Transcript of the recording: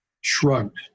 Shrugged